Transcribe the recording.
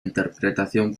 interpretación